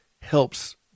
helps